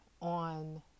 on